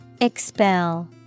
Expel